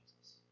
Jesus